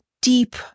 deep